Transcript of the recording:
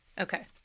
Okay